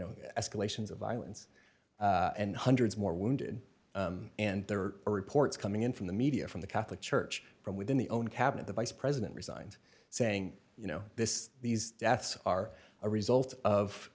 know escalations of violence and hundreds more wounded and there are reports coming in from the media from the catholic church from within the own cabinet the vice president resigned saying you know this these deaths are a result of